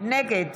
נגד